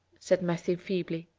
said matthew feebly.